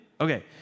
Okay